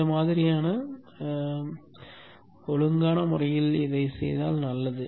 இந்த மாதிரியான ஒழுங்கான முறையில் செய்தால் நல்லது